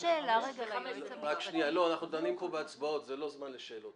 שניים בעד ושלושה נגד.